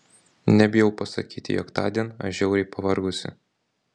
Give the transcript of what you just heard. nebijau pasakyti jog tądien aš žiauriai pavargusi